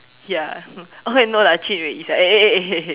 ya okay no lah actually is like eh eh eh